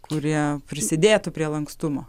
kurie prisidėtų prie lankstumo